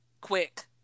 Quick